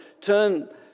turn